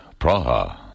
Praha